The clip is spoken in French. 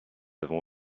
avons